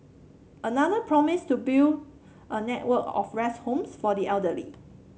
another promised to build a network of rest homes for the elderly